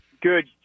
Good